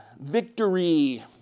Victory